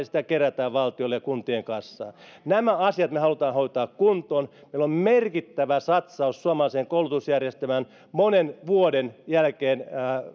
sitä kerätään valtiolle ja kuntien kassaan nämä asiat me haluamme hoitaa kuntoon meillä on merkittävä satsaus suomalaiseen koulutusjärjestelmään monen vuoden jälkeen